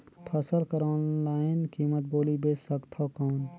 फसल कर ऑनलाइन कीमत बोली बेच सकथव कौन?